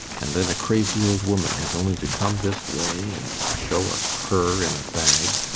and then a crazy old woman has only to come this way and show a cur in a bag